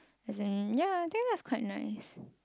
as in ya I think that's quite nice